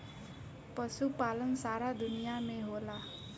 पशुपालन सारा दुनिया में होला